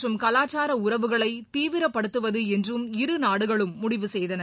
மற்றும் கலாச்சாரஉறவுகளைதீவிரப்படுத்துவதுஎன்றும் இருநாடுகளும் முடிவு பொருளாதாரம் செய்தன